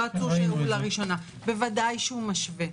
עצור שהוא לראשונה בוודאי שהוא משווה,